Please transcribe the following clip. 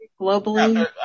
globally